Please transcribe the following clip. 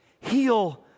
heal